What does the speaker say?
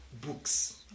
books